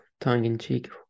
tongue-in-cheek